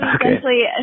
essentially